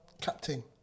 captain